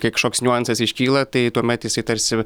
kai kažkoks niuansas iškyla tai tuomet jisai tarsi